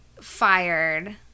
fired